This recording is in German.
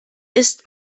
ist